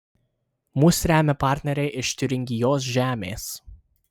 mus remia partneriai iš tiuringijos žemės